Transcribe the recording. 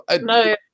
No